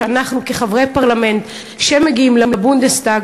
שאנחנו כחברי פרלמנט מגיעים לבונדסטאג